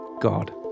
God